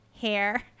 hair